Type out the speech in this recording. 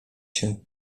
się